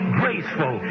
graceful